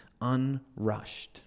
unrushed